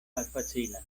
malfacila